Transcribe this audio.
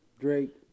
Drake